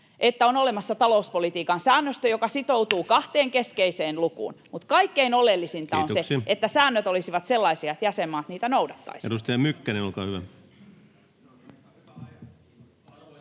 että on olemassa talouspolitiikan säännöstö, joka sitoutuu kahteen keskeiseen lukuun, mutta kaikkein oleellisinta on se, [Puhemies: Kiitoksia!] että säännöt olisivat sellaisia, että jäsenmaat niitä noudattaisivat.